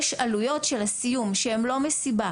יש עלויות של הסיום שהם לא מסיבה,